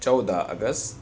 چودہ اگست